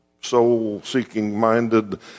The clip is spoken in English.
soul-seeking-minded